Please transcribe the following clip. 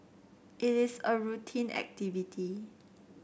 it is a routine activity